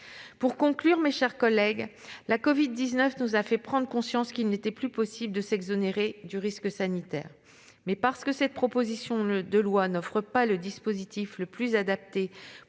l'assurance. Mes chers collègues, la covid-19 nous a fait prendre conscience qu'il n'était plus possible de s'exonérer du risque sanitaire. Mais parce que cette proposition de loi ne prévoit pas le dispositif le plus adapté